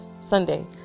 Sunday